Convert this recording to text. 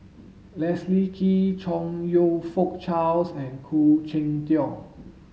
Leslie Kee Chong You Fook Charles and Khoo Cheng Tiong